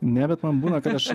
ne bet man būna kad aš